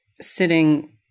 sitting